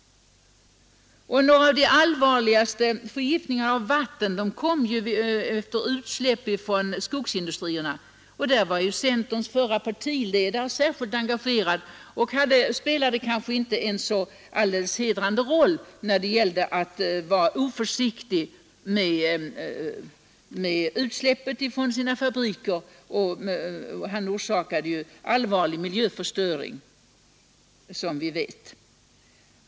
Och några av de allvarligaste förgiftningarna av vattendragen berodde på utsläppen från skogsindustrierna. Där var ju centerns förre partiledare särskilt engagerad och spelade en kanske inte helt hedrande roll när det gällde utsläppen från hans fabriker; han orsakade, som vi vet, allvarlig miljöförstöring.